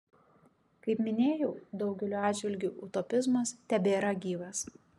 kaip minėjau daugeliu atžvilgių utopizmas tebėra gyvas